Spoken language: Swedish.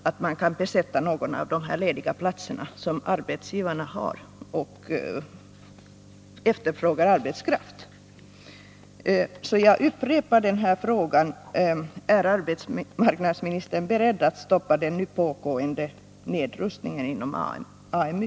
Det är alltså först efter så lång utbildning som man motsvarar kraven och kan besätta någon av de lediga platser som finns. Jag upprepar min fråga: Är arbetsmarknadsministern beredd att stoppa den nu pågående nedrustningen inom AMU?